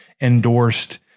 endorsed